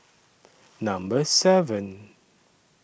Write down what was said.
Number seven